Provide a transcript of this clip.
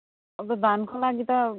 अबो धानको लागि त